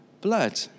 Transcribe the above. blood